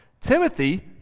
Timothy